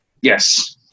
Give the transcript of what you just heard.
Yes